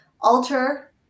alter